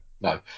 no